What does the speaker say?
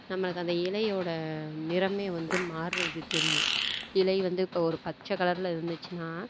நம்மளுக்கு அந்த இலையோடய நிறமே வந்து மாறுவது தெரியும் இலை வந்து இப்போ ஒரு பச்சை கலரில் இருந்துச்சுனா